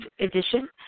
edition